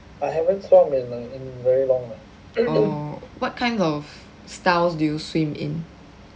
what kind of styles do you swim in